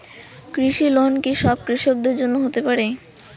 কৃষি লোন কি সব কৃষকদের জন্য হতে পারে?